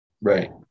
Right